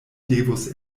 devus